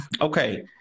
okay